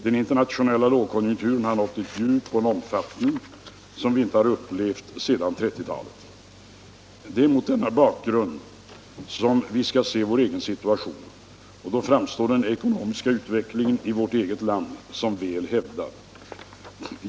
Den internationella lågkonjunkturen har nått ett djup och en omfattning som vi inte upplevt sedan 1930-talet. Mot denna bakgrund skall vi se vår egen situation, och då framstår den ekonomiska utvecklingen i vårt eget land som väl hävdad.